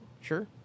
Sure